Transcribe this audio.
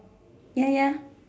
ya ya